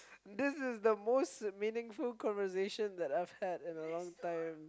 this is the most meaningful conversation that I've had in a long time